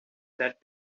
that